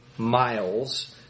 miles